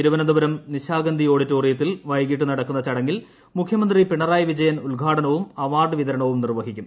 തിരുവനന്തപുരം നിശാഗന്ധി ഓഡിറ്റോറിയത്തിൽ വൈകിട്ട് നടക്കുന്ന ചടങ്ങിൽ മുഖ്യമന്ത്രി പിണറായി വിജയൻ ഉദ്ഘാടനവും അവാർഡ് വിതരണവും നിർവഹിക്കും